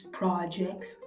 projects